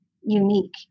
unique